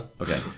Okay